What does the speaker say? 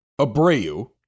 Abreu